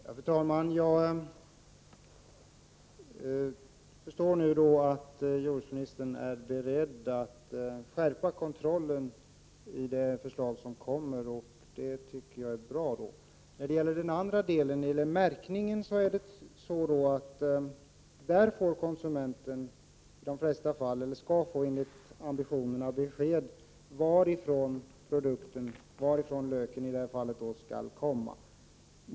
Fru talman! Jag förstår nu att det förslag som kommer innebär att jordbruksministern är beredd att skärpa kontrollen. Det tycker jag är bra. När det gäller märkningen får konsumenterna i de flesta fall — eller skall få enligt ambitionen — besked om varifrån produkten, i detta fall löken, kommer.